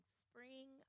spring